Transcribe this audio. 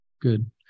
Good